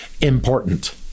important